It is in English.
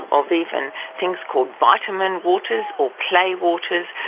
of even things called vitamin waters or play waters.